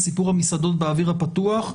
סיפור המסעדות באוויר הפתוח,